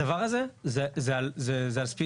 הדבר הזה זה על ספידים.